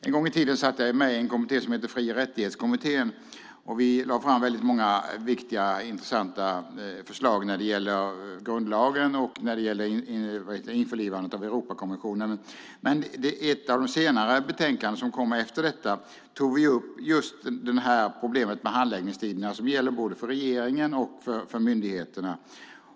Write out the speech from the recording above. En gång i tiden satt jag nämligen med i en kommitté som hette Fri och rättighetskommittén. Vi lade fram många viktiga och intressanta förslag beträffande grundlagen och införlivandet av Europakonventionen. I ett av de senare betänkandena, som kom efter detta, tog vi upp problemet med just handläggningstiderna. Det gällde både regeringen och myndigheterna.